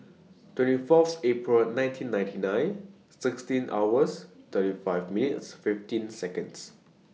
twenty four April nineteen ninety nine sixteen hours thirty five minutes fifteen Seconds